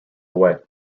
away